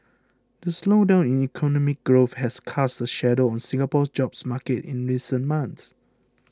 the slowdown in economic growth has cast a shadow on Singapore's job market in recent months